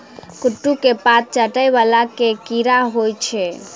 कद्दू केँ पात चाटय वला केँ कीड़ा होइ छै?